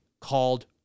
called